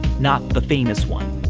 not the famous one.